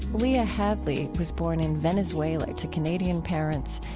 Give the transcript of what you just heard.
lia hadley was born in venezuela to canadian parents.